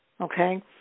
Okay